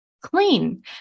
Clean